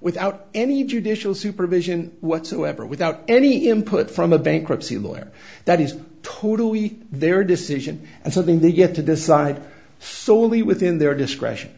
without any judicial supervision whatsoever without any input from a bankruptcy lawyer that is totally their decision and something they get to decide solely within their discretion